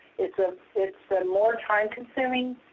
it's ah it's a more time-consuming